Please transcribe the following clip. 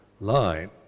line